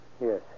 Yes